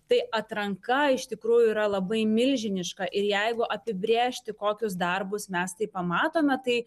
tai atranka iš tikrųjų yra labai milžiniška ir jeigu apibrėžti kokius darbus mes tai pamatome tai